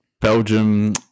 Belgium